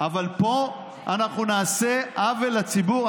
אבל פה אנחנו נעשה עוול לציבור.